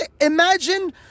Imagine